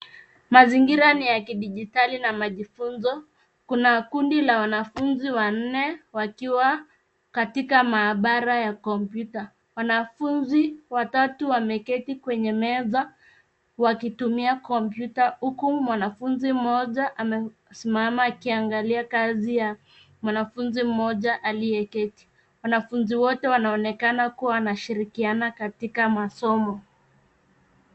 Mazingira ni ya kidijitali na majifunzo. Kuna kundi la wanafunzi wanne wakiwa katika maabara ya kompyuta. Wanafunzi watatu wameketi kwenye meza wakitumia kompyuta huku mwanafunzi mmoja amesimama akiangalia kazi ya mwanafunzi mmoja aliyeketi. Wanafunzi wote wanaonekana kuwa wanashirikiana katika masomo.